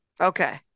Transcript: Okay